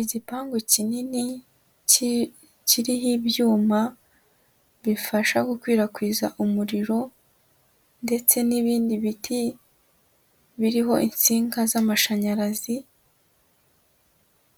Igipangu kinini kiriho ibyuma bifasha gukwirakwiza umuriro ndetse n'ibindi biti biriho insinga z'amashanyarazi